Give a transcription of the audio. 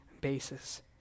basis